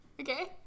Okay